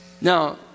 Now